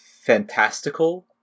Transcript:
fantastical